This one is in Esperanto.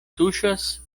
tuŝas